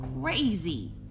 crazy